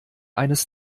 eines